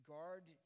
Guard